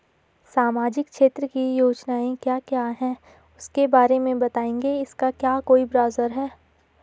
सामाजिक क्षेत्र की योजनाएँ क्या क्या हैं उसके बारे में बताएँगे इसका क्या कोई ब्राउज़र है?